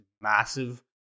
massive